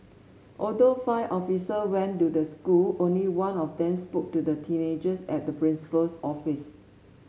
although five officer went to the school only one of them spoke to the teenagers at the principal's office